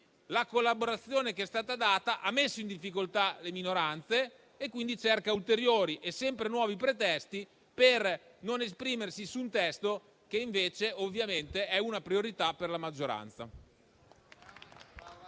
tale collaborazione ha messo in difficoltà le minoranze che quindi cercano ulteriori e sempre nuovi pretesti per non esprimersi su un testo che invece ovviamente è una priorità per la maggioranza.